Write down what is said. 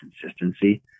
consistency